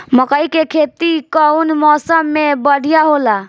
मकई के खेती कउन मौसम में बढ़िया होला?